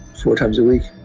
four times a week.